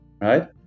Right